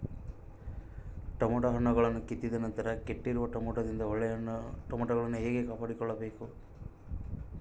Tomato ಹಣ್ಣುಗಳನ್ನು ಕಿತ್ತಿದ ನಂತರ ಕೆಟ್ಟಿರುವ ಟೊಮೆಟೊದಿಂದ ಒಳ್ಳೆಯ ಟೊಮೆಟೊಗಳನ್ನು ಹೇಗೆ ಕಾಪಾಡಿಕೊಳ್ಳಬೇಕು?